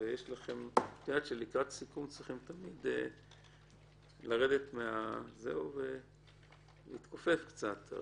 את יודעת שלקראת סיכום צריכים תמיד להתכופף קצת.